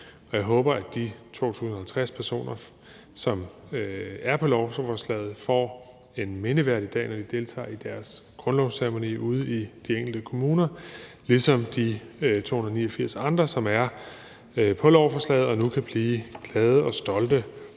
jeg håber, at de 2.050 personer, som er på lovforslaget, får en mindeværdig dag, når de deltager i deres grundlovsceremoni ude de enkelte kommuner, ligesom de 289 andre, som er på lovforslaget og nu kan blive glade og stolte